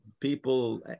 People